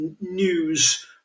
news